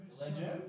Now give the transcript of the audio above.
Legend